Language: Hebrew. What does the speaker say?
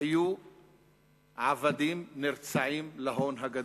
היו עבדים נרצעים להון הגדול,